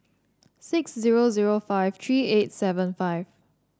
six zero zero five three eight seven five